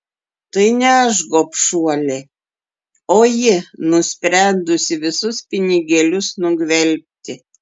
tai ne aš gobšuolė o ji nusprendusi visus pinigėlius nugvelbti